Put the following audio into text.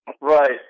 Right